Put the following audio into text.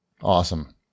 Awesome